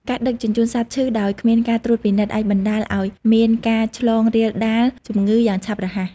ការដឹកជញ្ជូន សត្វឈឺ ដោយគ្មានការត្រួតពិនិត្យអាចបណ្តាលឱ្យមានការឆ្លងរាលដាលជំងឺយ៉ាងឆាប់រហ័ស។